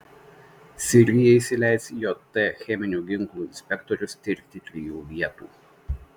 sirija įsileis jt cheminių ginklų inspektorius tirti trijų vietų